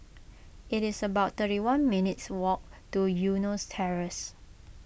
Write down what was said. it's about thirty one minutes' walk to Eunos Terrace